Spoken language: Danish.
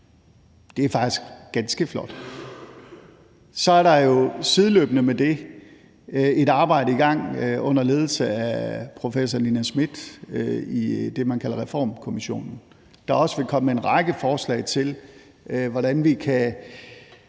Det er faktisk ganske flot. Så er der jo sideløbende med det et arbejde i gang under ledelse af professor Nina Smith i det, man kalder Reformkommissionen, som også vil komme med en række forslag til, hvordan vi kan